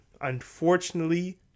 unfortunately